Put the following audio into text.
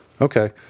Okay